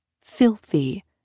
filthy